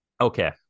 Okay